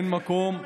אתה